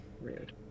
rude